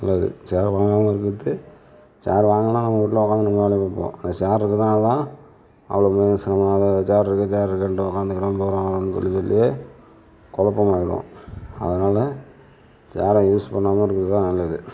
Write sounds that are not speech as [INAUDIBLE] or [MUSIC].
நல்லது சேர் வாங்காமல் இருக்கிறது சேர் வாங்கலன்னா நம்ம பாட்ல நம்ம வேலையை பார்ப்போம் அந்த சேர் இருக்குறதனால தான் அவ்வளோ [UNINTELLIGIBLE] சேர் இருக்குது சேர் இருக்குன்ட்டு உட்காந்துகிறோம் போகிறோம் [UNINTELLIGIBLE] குழப்பம் ஆகிடுவோம் அதனால சேரை யூஸ் பண்ணாமல் இருக்கிறது தான் நல்லது